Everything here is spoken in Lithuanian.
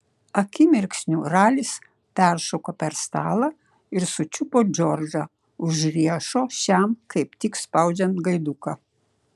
akimirksniu ralis peršoko per stalą ir sučiupo džordžą už riešo šiam kaip tik spaudžiant gaiduką